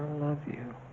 love you